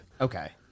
Okay